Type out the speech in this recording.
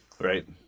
right